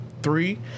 three